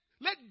Let